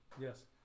Yes